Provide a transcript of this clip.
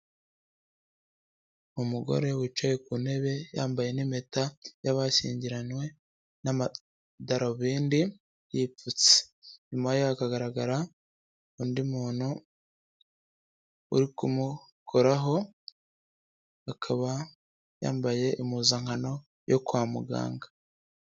Umugore wicaye ku ntebe yambaye n'impeta y'abashyingiranwe n'amadarubindi yipfutse. Inyuma hakagaragara undi muntu urikumukoraho akaba yambaye impuzankano yo kwa muganga.